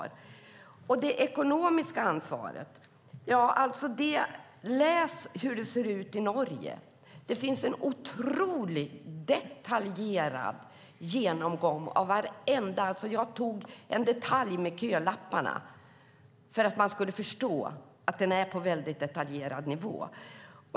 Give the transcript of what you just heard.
När det gäller det ekonomiska ansvaret kan man läsa hur det ser ut i Norge. Det finns en otroligt detaljerad genomgång av allt. Jag tog upp detaljen med kölapparna för att man ska förstå att lagen är på en mycket detaljerad nivå.